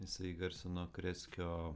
jisai įgarsino krėskio